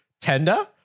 tender